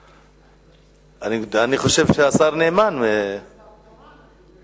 אני חושב שהשר נאמן, אני השר התורן.